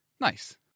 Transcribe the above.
Nice